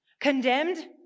condemned